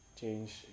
change